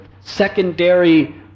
secondary